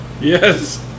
Yes